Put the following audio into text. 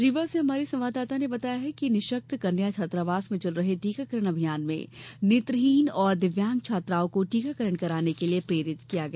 रीवा से हमारे संवाददाता ने बताया है कि निःशक्त कन्या छात्रावास में चल रहे टीकाकरण अभियान में नेत्रहीन और दिव्यांग छात्राओं को टीकाकरण कराने के लिये प्रेरित किया गया